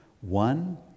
one